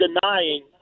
denying